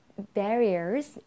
Barriers